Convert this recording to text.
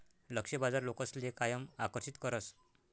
लक्ष्य बाजार लोकसले कायम आकर्षित करस